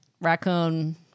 raccoon